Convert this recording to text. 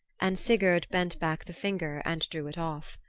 and sigurd bent back the finger and drew it off.